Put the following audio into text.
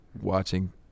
watching